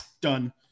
done